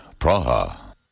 Praha